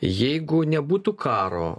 jeigu nebūtų karo